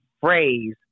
phrase